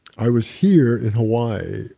i was here in hawaii,